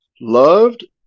loved